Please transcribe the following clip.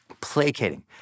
placating